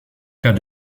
cas